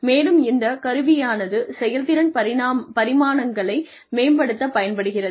மேலும் இந்த கருவியானது செயல்திறன் பரிமாணங்களை மேம்படுத்தப் பயன்படுகிறது